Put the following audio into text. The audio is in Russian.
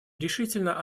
решительно